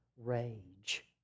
rage